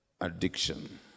addiction